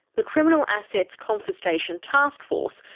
the criminal assets confiscation taskforce,